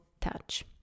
touch